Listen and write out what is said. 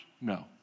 No